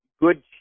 good